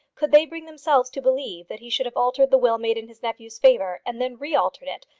could they bring themselves to believe that he should have altered the will made in his nephew's favour, and then realtered it,